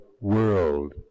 world